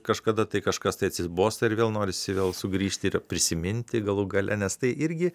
kažkada tai kažkas tai atsibosta ir vėl norisi vėl sugrįžti ir prisiminti galų gale nes tai irgi